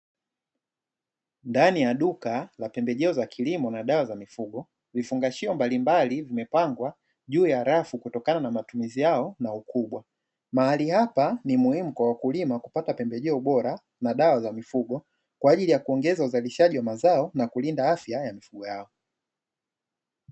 Ndani ya duka la pembejeo za kilimo na dawa za mifugo, vifungashio mbalimbali vimepangwa juu ya rafu kutokana na matumizi yao na ukubwa. Mahali hapa ni muhimu kwa wakulima kupata pembejeo bora na dawa za mifugo kwa ajili ya kuongeza uzalishaji wa mazao na kulinda afya za mifugo yao.